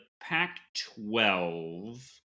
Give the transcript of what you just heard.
Pac-12